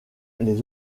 les